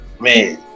man